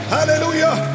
Hallelujah